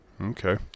Okay